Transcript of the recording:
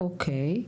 אוקיי.